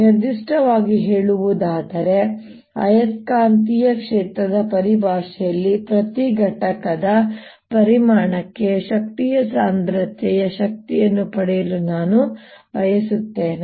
ನಿರ್ದಿಷ್ಟವಾಗಿ ಹೇಳುವುದಾದರೆ ಆಯಸ್ಕಾಂತೀಯ ಕ್ಷೇತ್ರದ ಪರಿಭಾಷೆಯಲ್ಲಿ ಪ್ರತಿ ಘಟಕದ ಪರಿಮಾಣಕ್ಕೆ ಶಕ್ತಿಯ ಸಾಂದ್ರತೆಯ ಶಕ್ತಿಯನ್ನು ಪಡೆಯಲು ನಾನು ಬಯಸುತ್ತೇನೆ